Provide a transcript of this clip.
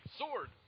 sword